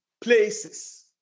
places